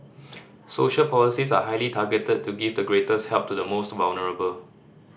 social policies are highly targeted to give the greatest help to the most vulnerable